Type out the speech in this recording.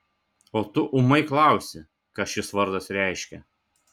o tu ūmai klausi ką šis vardas reiškia